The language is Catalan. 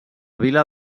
vila